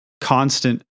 constant